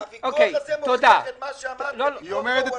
הוויכוח הזה מוכיח את מה שאמרתם על התוכן,